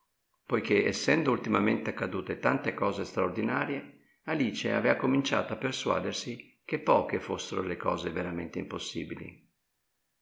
poichè essendo ultimamente accadute tante cose straordinarie alice avea cominciato a persuadersi che poche fossero le cose veramente impossibili